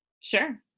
Sure